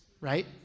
right